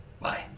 Bye